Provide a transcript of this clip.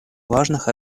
важных